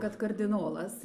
kad kardinolas